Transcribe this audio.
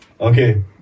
Okay